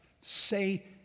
say